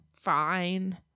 fine